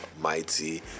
mighty